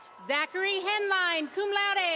zachary henline, cum laude.